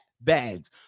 bags